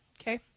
Okay